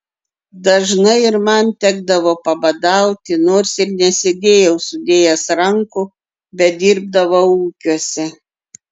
dažnai ir man tekdavo pabadauti nors ir nesėdėjau sudėjęs rankų bet dirbdavau ūkiuose